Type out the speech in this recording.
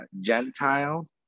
Gentile